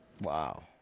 Wow